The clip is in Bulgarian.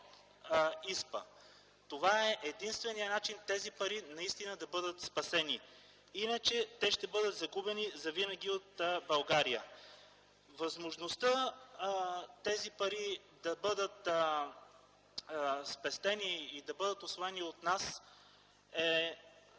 Това е единственият начин тези пари наистина да бъдат спасени, иначе ще бъдат загубени завинаги от България. Възможността парите да бъдат спестени и да бъдат усвоени от нас е